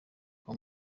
kwa